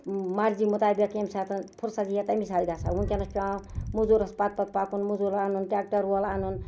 مَرضی مُطٲبق ییٚمہِ ساتَن فُرصت ییہِ ہا تَمہِ ساتَن گژھہو ؤنکیٚنس چھُ پیوان موزوٗرَس پَتہٕ پَتہٕ پَکُن موزوٗر اَنُن ٹیکٹر وول اَنُن